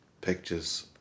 pictures